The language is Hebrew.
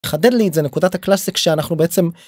חדד לי את זה נקודת הקלאסיק שאנחנו בעצם.